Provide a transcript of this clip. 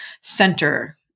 center